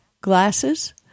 glasses